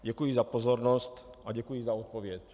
Děkuji za pozornost a děkuji za odpověď.